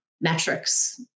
metrics